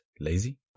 lazy